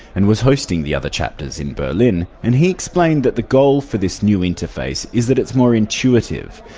and was hosting the other chapters in berlin, and he explained that the goal for this new interface is that it's more intuitive,